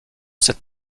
cette